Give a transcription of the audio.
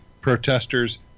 protesters